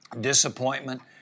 disappointment